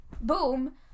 boom